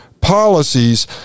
policies